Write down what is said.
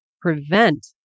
prevent